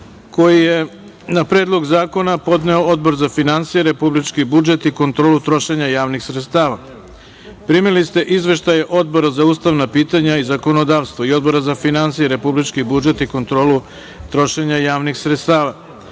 koji je na Predlog zakona podneo Odbor za finansije, republički budžet i kontrolu trošenja javnih sredstava. Primili ste izveštaje Odbora za ustavna pitanja i zakonodavstvo i Odbora za finansije, republički budžet i kontrolu trošenja javnih sredstava. Pošto